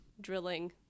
drilling